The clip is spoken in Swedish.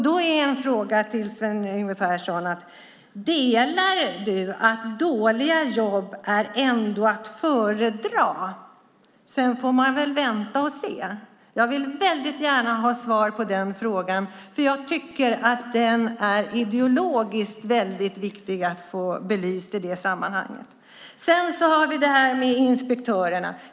Då är en fråga till Sven Yngve Persson: Delar du uppfattningen att dåliga jobb ändå är att föredra och sedan får man väl vänta och se? Jag vill väldigt gärna ha svar på den frågan, för jag tycker att den är ideologiskt väldigt viktig att få belyst i det här sammanhanget. Sedan har vi det här med inspektörerna.